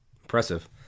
Impressive